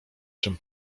czym